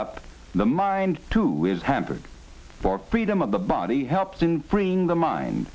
up the mind to hamper for freedom of the body helps in freeing the mind